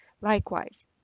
Likewise